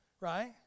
right